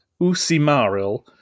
Usimaril